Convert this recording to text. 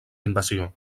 invasió